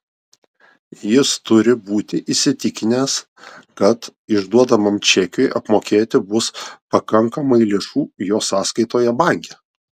jis turi būti įsitikinęs kad išduodamam čekiui apmokėti bus pakankamai lėšų jo sąskaitoje banke